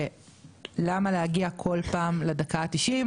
של למה להגיע כל פעם לדקה ה- 90,